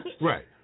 Right